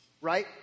Right